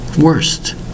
Worst